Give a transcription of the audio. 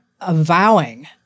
avowing